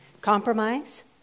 Compromise